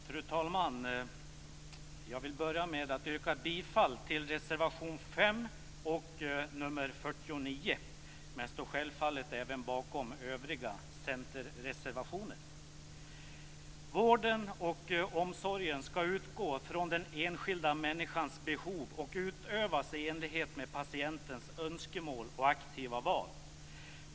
Fru talman! Jag börjar med att yrka bifall till reservation nr 5 och nr 45 men står självfallet även bakom övriga centerreservationer. Vården och omsorgen skall utgå från den enskilda människans behov och utövas i enlighet med patientens önskemål och aktiva val.